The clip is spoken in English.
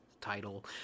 title